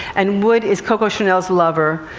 and would is coco chanel's lover,